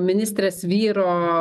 ministrės vyro